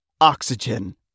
Oxygen